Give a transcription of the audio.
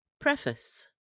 Preface